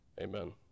amen